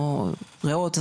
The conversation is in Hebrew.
או ראות,